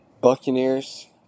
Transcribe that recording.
Buccaneers